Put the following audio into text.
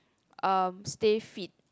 um stay fit